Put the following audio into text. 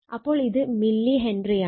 അപ്പോൾ ഇത് മില്ലി ഹെൻറിയാണ്